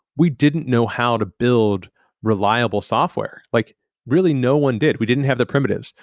we didn't know how to build reliable software. like really, no one did. we didn't have the primitives.